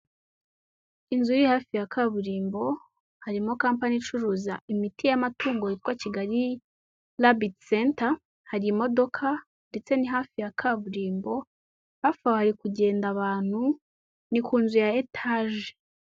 Inzu iri hafi ya kaburimbo harimo kampani icuruza imiti y'amatungo yitwa Kigali rabiti senta, hari imodoka ndetse ni hafi ya kaburimbo hafi aho hari kugenda abantu ni ku nzu ya etage.